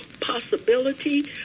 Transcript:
possibility